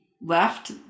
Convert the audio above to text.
left